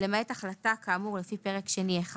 למעט החלטה כאמור לפי פרק שני1"